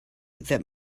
that